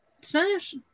Smash